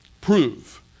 prove